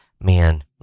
Man